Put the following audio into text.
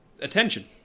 attention